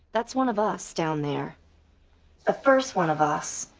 that's one of us down there the first one of us,